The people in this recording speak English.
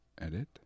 Edit